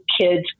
kids